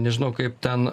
nežinau kaip ten